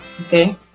okay